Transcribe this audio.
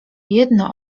jedno